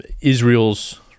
israel's